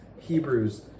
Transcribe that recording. Hebrews